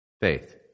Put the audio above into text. faith